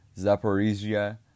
Zaporizhia